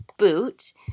boot